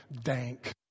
dank